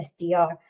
SDR